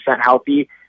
healthy